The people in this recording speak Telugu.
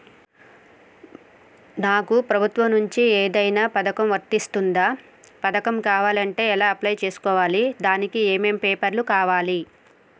నాకు ప్రభుత్వం నుంచి ఏదైనా పథకం వర్తిస్తుందా? పథకం కావాలంటే ఎలా అప్లై చేసుకోవాలి? దానికి ఏమేం పేపర్లు కావాలి?